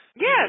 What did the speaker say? yes